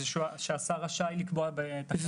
השר רשאי לקבוע בתקנות.